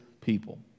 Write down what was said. people